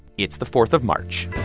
it's the fourth of march